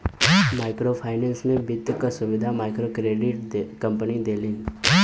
micro finance में वित्त क सुविधा मइक्रोक्रेडिट कम्पनी देलिन